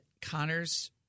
Connor's